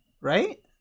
right